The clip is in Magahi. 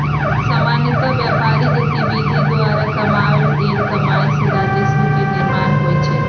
सामान्य व्यापारिक गतिविधि द्वारा कमायल गेल कमाइ से राजस्व के निर्माण होइ छइ